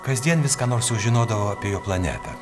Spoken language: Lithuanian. kasdien vis ką nors sužinodavau apie jo planetą